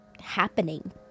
happening